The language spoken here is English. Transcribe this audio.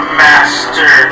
master